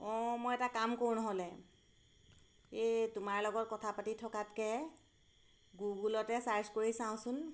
অঁ মই এটা কাম কৰোঁ নহ'লে এই তোমাৰ লগত কথা পাতি থকাতকৈ গুগুলতে ছাৰ্চ কৰি চাওঁচোন